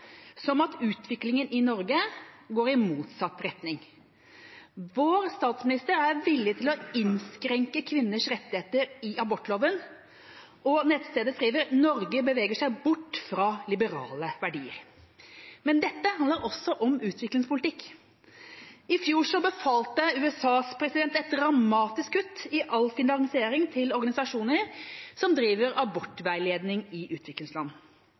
som at utviklingen i Norge går i motsatt retning. Vår statsminister er villig til å innskrenke kvinners rettigheter i abortloven, og nettstedet skriver at Norge beveger seg bort fra liberale verdier. Men dette handler også om utviklingspolitikk. I fjor befalte USAs president et dramatisk kutt i all finansiering til organisasjoner som driver abortveiledning i utviklingsland.